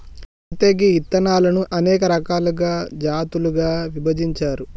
అయితే గీ ఇత్తనాలను అనేక రకాలుగా జాతులుగా విభజించారు